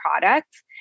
products